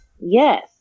Yes